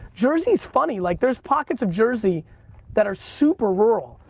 jersey's funny, like there's pockets of jersey that are super rural.